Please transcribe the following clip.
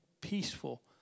peaceful